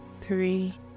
three